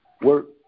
work